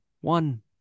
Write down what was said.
one